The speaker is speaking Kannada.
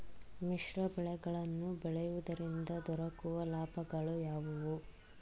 ಮಿಶ್ರ ಬೆಳೆಗಳನ್ನು ಬೆಳೆಯುವುದರಿಂದ ದೊರಕುವ ಲಾಭಗಳು ಯಾವುವು?